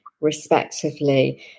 respectively